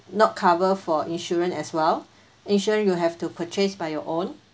not covered for insurance as well insurance you have to purchase by your own